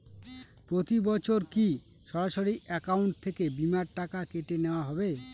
প্রতি বছর কি সরাসরি অ্যাকাউন্ট থেকে বীমার টাকা কেটে নেওয়া হবে?